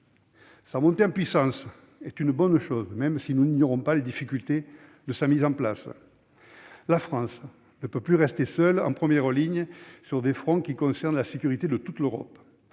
Sa montée en puissance est une bonne chose, même si nous n'ignorons pas les difficultés inhérentes à sa mise en place. La France ne peut plus rester seule en première ligne sur des fronts qui concernent la sécurité de toute l'Europe